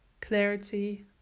clarity